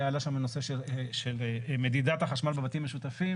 עלה שם הנושא של מדידת החשמל בבתים המשותפים